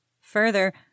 Further